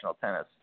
tennis